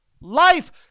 Life